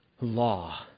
law